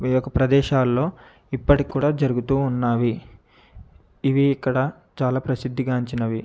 ఈ యొక్క ప్రదేశాల్లో ఇప్పటికీ కూడా జరుగుతూ ఉన్నాయి ఇవి ఇక్కడ చాలా ప్రసిద్ధిగాంచినవి